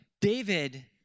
David